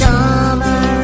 Summer